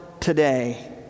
today